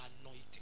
anointed